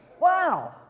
wow